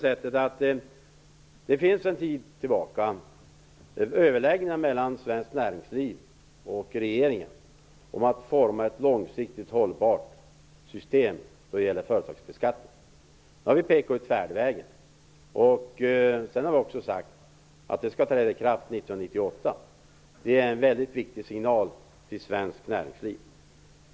Sedan en tid tillbaka pågår överläggningar mellan svenskt näringsliv och regeringen om att forma ett långsiktigt hållbart system då det gäller företagsbeskattning. Där har vi pekat ut färdvägen. Vi har också sagt att det skall träda i kraft 1998. Det är en mycket viktig signal till svenskt näringsliv.